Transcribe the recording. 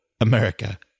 America